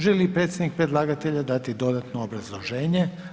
Želi li predstavnik predlagatelja dati dodatno obrazloženje?